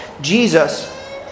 Jesus